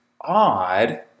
odd